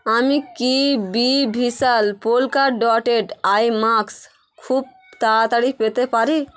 আমি কি বি ভিশাল পোল্কা ডটেড আই মাক্স খুব তাড়াতাড়ি পেতে পারি